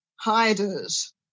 Hiders